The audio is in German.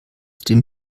dem